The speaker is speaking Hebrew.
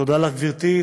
תודה לך, גברתי.